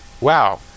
Wow